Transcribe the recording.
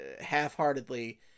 half-heartedly